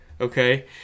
Okay